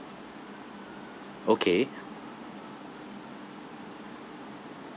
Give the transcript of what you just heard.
okay